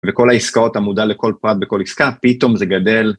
וכל העסקאות אתה מודע לכל פרט בכל עסקה, פתאום זה גדל.